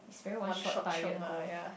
one shot chiong ah yea